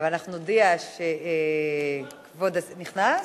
אבל אנחנו נודיע שכבוד, נכנס?